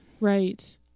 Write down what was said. right